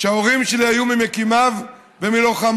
שההורים שלי היו ממקימיו ומלוחמיו.